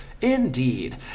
Indeed